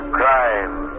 crime